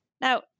Now